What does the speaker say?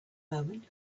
moment